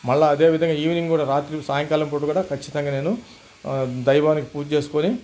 మళ్ళా అదేవిధంగా ఈవెనింగ్ కూడా రాత్రి సాయంకాలం పూట కూడా ఖచ్చితంగా నేను దైవానికి పూజ చేసుకొని